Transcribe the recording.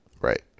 Right